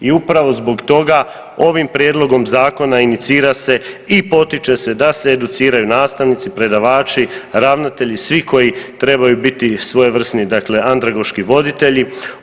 I upravo zbog toga ovim prijedlogom zakona inicira se i potiče se da se educiraju nastavnici, predavači, ravnatelji, svi koji trebaju biti svojevrsni, dakle andragoški voditelji.